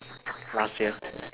last year